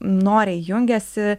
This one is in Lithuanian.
noriai jungėsi